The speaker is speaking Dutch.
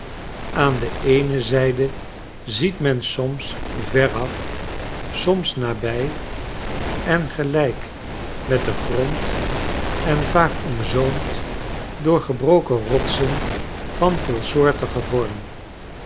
aan de eene zijde ziet men soms veraf soms nablj en gelijk met den grond en vaak omzoomd door gebroken rotsen van veelsoortigen vorm